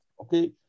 okay